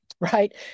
Right